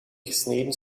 gesneden